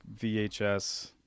VHS